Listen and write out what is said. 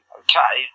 okay